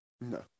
No